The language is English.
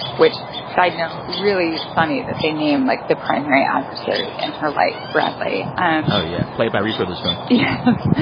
which side note really funny that they name, like, the primary adversary in her life bradley and oh, yeah played by reese witherspoon yes.